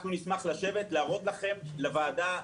נשמח לשבת להראות לכם, לוועדה,